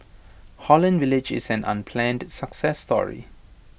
Holland village is an unplanned success story